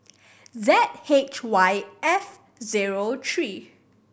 Z H Y F zero three